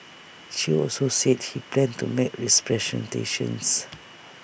chew also said he plans to make